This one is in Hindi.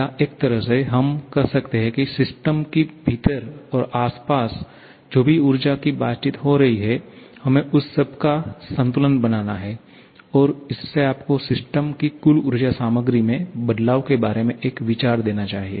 या एक तरह से हम कह सकते हैं कि सिस्टम के भीतर और आसपास जो भी ऊर्जा की बातचीत हो रही है हमें बस उसका एक संतुलन बनाना है और इससे आपको सिस्टम की कुल ऊर्जा सामग्री में बदलाव के बारे में एक विचार देना चाहिए